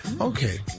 Okay